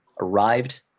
Arrived